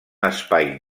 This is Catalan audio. espai